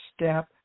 step